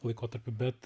laikotarpiu bet